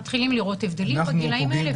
מתחילים לראות הבדלים בגילאים האלה.